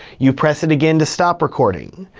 you press it again to stop recording,